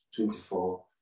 24